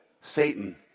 Satan